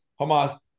Hamas